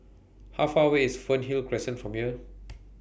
How Far away IS Fernhill Crescent from here